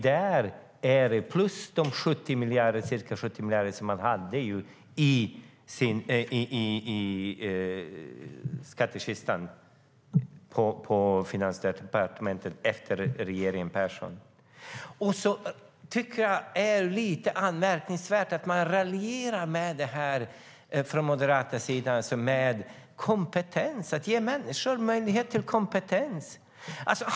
Där har vi även de ca 70 miljarder man hade i skattkistan på Finansdepartementet efter regeringen Persson.Jag tycker också att det är lite anmärkningsvärt att man från Moderaternas sida raljerar över det här med att ge människor möjlighet till kompetens.